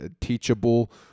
teachable